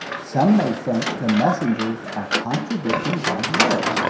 some may think the messengers are contradicting god's word,